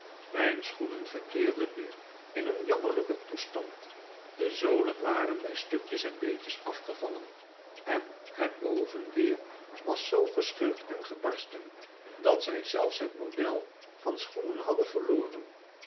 mijn schoenen verkeerden nu in een jammerlijken toestand de zolen waren bij stukjes en beetjes afgevallen en het bovenleer was zoo gescheurd en gebarsten dat zij zelfs het model van schoenen hadden verloren